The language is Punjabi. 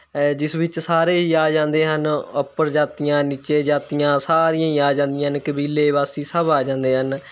ਹੈ ਜਿਸ ਵਿੱਚ ਸਾਰੇ ਹੀ ਆ ਜਾਂਦੇ ਹਨ ਉੱਪਰ ਜਾਤੀਆਂ ਨੀਚੇ ਜਾਤੀਆਂ ਸਾਰੀਆਂ ਹੀ ਆ ਜਾਂਦੀਆਂ ਨੇ ਕਬੀਲੇ ਵਾਸੀ ਸਭ ਆ ਜਾਂਦੇ ਹਨ